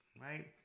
right